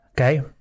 Okay